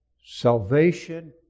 salvation